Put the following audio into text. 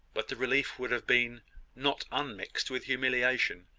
but the relief would have been not unmixed with humiliation,